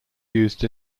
used